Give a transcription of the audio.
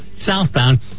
southbound